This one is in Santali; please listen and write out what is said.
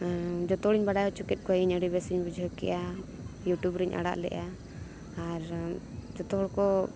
ᱡᱚᱛᱚ ᱦᱚᱲᱤᱧ ᱵᱟᱲᱟᱭ ᱦᱚᱪᱚ ᱠᱮᱫ ᱠᱚᱣᱟ ᱤᱧ ᱟᱹᱰᱤ ᱵᱮᱥᱤᱧ ᱵᱩᱡᱷᱟᱹᱣ ᱠᱮᱫᱼᱟ ᱤᱭᱩᱴᱩᱵᱽ ᱨᱤᱧ ᱟᱲᱟᱜ ᱞᱮᱫᱼᱟ ᱟᱨ ᱡᱚᱛᱚ ᱦᱚᱲ ᱠᱚ